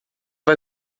vai